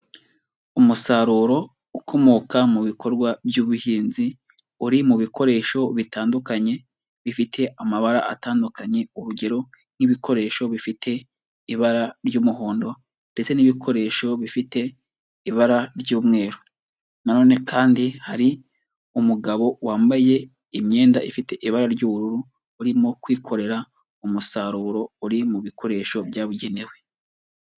Umusaruro ukomoka mu bikorwa by'ubuhinzi uri mu bikoresho bitandukanye bifite amabara atandukanye, urugero nk'ibikoresho bifite ibara ry'umuhondo, ndetse n'ibikoresho bifite ibara ry'umweru, nanone kandi hari umugabo wambaye imyenda ifite ibara ry'ubururu, urimo kwikorera umusaruro uri mu bikoresho byabugenewe.